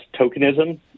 tokenism